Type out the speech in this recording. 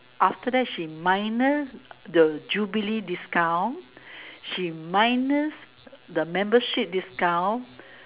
after that she minus the Jubilee discount she minus the membership discount